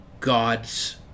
god's